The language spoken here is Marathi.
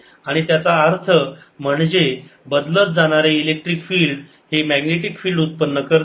आणि त्याचा अर्थ म्हणजे बदलत जाणारे इलेक्ट्रिक फील्ड हे मॅग्नेटिक फिल्ड उत्पन्न करते